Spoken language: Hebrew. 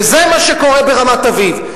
וזה מה שקורה ברמת-אביב.